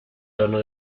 tono